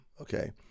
okay